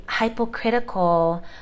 hypocritical